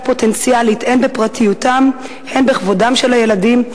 פוטנציאלית הן בפרטיותם הן בכבודם של הילדים.